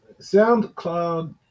SoundCloud